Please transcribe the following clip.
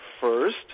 first